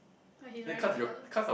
ya he's wearing black colour